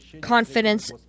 confidence